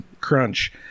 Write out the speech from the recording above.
Crunch